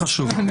הישיבה נעולה.